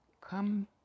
come